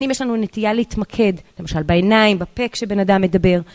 אם יש לנו נטייה להתמקד, למשל בעיניים, בפה כשבן אדם מדבר